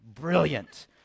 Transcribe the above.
Brilliant